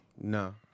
No